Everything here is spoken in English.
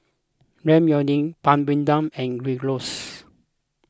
Ramyeon Papadum and Gyros